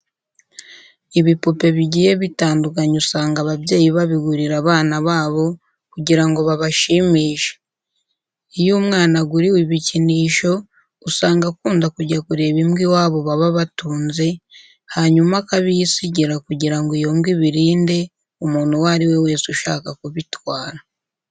Ibipupe bigiye bitandukanye usanga ababyeyi babigurira abana babo kugira ngo babashimishe. Iyo umwana aguriwe ibikinisho usanga akunda kujya kureba imbwa iwabo baba batunze, hanyuma akabiyisigira kugira ngo iyo mbwa ibirinde umuntu uwo ari we wese ushaka kubitwara.